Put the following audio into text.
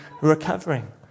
recovering